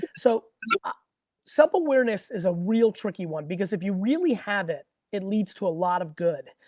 so ah self-awareness is a real tricky one because if you really have it, it leads to a lot of good.